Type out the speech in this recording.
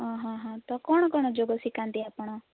ଓ ହଁ ହଁ ହଁ ତ କ'ଣ କ'ଣ ଯୋଗ ଶିଖାନ୍ତି ଆପଣ